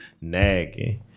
nagging